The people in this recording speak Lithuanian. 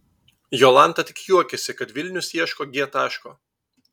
jolanta tik juokiasi kad vilnius ieško g taško